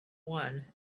one